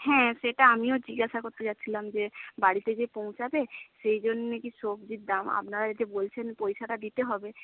হ্যাঁ সেটা আমিও জিজ্ঞাসা করতে যাচ্ছিলাম যে বাড়িতে যে পৌঁছাবে সেজন্য কী সবজির দাম আপনারা যে বলছেন পয়সাটা দিতে হবে